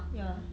ya